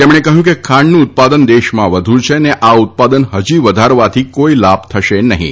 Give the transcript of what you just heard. તેમણે કહ્યું કે ખાંડનું ઉત્પાદન દેશમાં વધુ છે અને આ ઉત્પાદન હજી વધારવાથી કોઈ લાભ થશે નહીં